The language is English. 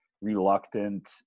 reluctant